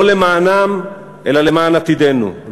לא למענם אלא למען עתידנו,